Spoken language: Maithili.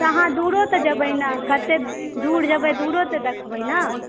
से अहाँ दूरो तऽ जेबै ने कते दूर जेबै दूरो तऽ देखबै ने